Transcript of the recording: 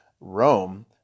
Rome